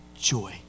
joy